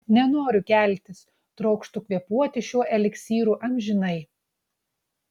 nenoriu keltis trokštu kvėpuoti šiuo eliksyru amžinai